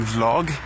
vlog